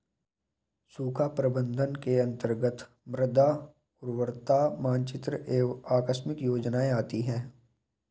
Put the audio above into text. सूखा प्रबंधन के अंतर्गत मृदा उर्वरता मानचित्र एवं आकस्मिक योजनाएं आती है